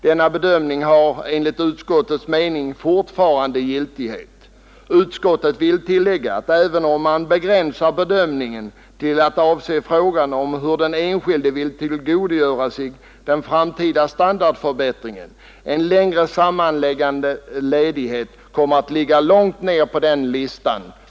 Denna bedömning har enligt utskottets mening fortfarande giltighet. Utskottet vill tillägga att även om man begränsar bedömningen till att avse frågan om hur den enskilde vill tillgodogöra sig en framtida standardförbättring, så torde en längre sammanhängande ledighet komma långt ner på listan.